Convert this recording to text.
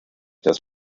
das